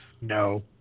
No